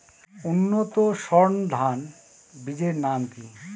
উন্নত সর্ন ধান বীজের নাম কি?